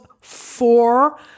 four